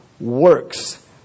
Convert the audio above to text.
works